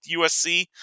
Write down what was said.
USC